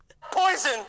Poison